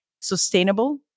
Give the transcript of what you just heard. sustainable